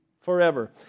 forever